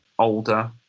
older